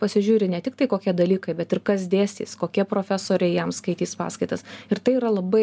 pasižiūri ne tik tai kokie dalykai bet ir kas dėstys kokie profesoriai jam skaitys paskaitas ir tai yra labai